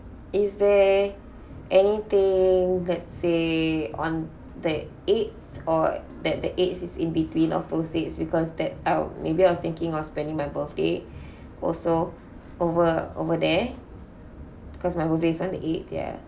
is there anything let's say on the eighth or that that eighth is in between of process because that I'll maybe I was thinking of spending my birthday also over over there cause my birthday is on the eighth ya